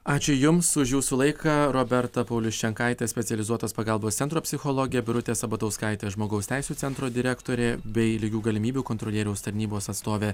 ačiū jums už jūsų laiką roberta pauliusčenkaitė specializuotos pagalbos centro psichologė birutė sabatauskaitė žmogaus teisių centro direktorė bei lygių galimybių kontrolieriaus tarnybos atstovė